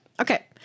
okay